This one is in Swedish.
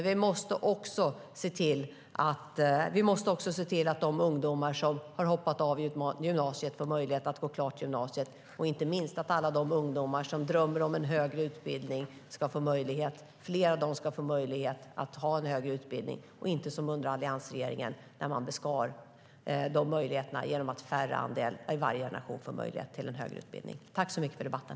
Vi måste också se till att de ungdomar som har hoppat av gymnasiet får möjlighet att gå klart och att fler av de ungdomar som drömmer om en högre utbildning ska få möjligheten att få det - inte som under alliansregeringen när man kringskar de möjligheterna så att färre i varje generation får möjlighet till en högre utbildning. Tack för debatten!